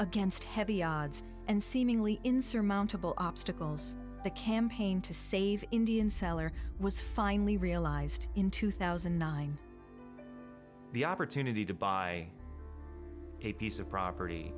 against heavy odds and seemingly insurmountable obstacles the campaign to save indian seller was finally realized in two thousand and nine the opportunity to buy a piece of property